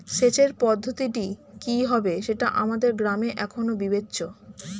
সেচের পদ্ধতিটি কি হবে সেটা আমাদের গ্রামে এখনো বিবেচ্য